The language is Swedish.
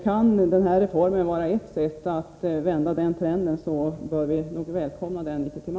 Om denna reform kan vara ett sätt att vända den trenden, så bör vi nog litet till mans välkomna denna reform.